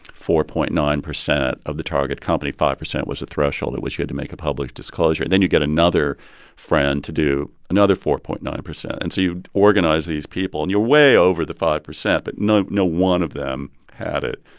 four point nine zero of the target company. five percent was the threshold at which you had to make a public disclosure. then you get another friend to do another four point nine zero. and so you'd organize these people, and you're way over the five percent, but no no one of them had it.